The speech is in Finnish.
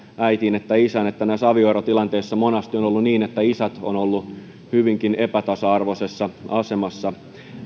äitiin että isään näissä avioerotilanteissa monasti on ollut niin että isät ovat olleet hyvinkin epätasa arvoisessa asemassa